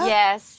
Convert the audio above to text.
Yes